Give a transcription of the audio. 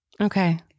Okay